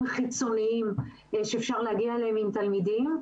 חיצוניים שאפשר להגיע אליהם עם תלמידים.